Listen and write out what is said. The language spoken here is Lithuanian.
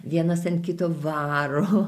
vienas ant kito varo